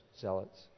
zealots